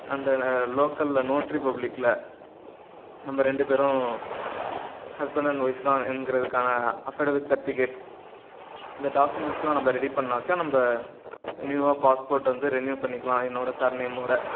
and லோக்கலில் notary பப்ளிக்கில் நம்ம ரெண்டு பேரும் ஹஸ்பண்ட் அன் ஒய்ஃப் தான் என்கிறதுக்கான அஃபிடபிட் சர்ட்டிஃபிகேட் இந்த டாக்குமெண்ட்ஸுலாம் நம்ம ரெடி பண்ணாக்கா நம்ம நியூவாக பாஸ்போர்ட் வந்து ரினியூவ் பண்ணிக்கலாம் என்னோடய சர்நேம்மோடு